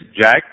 Jack